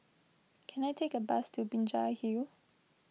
can I take a bus to Binjai Hill